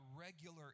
regular